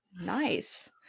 nice